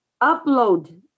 upload